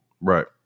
Right